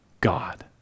God